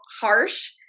harsh